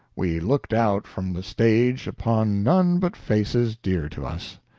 we looked out from the stage upon none but faces dear to us,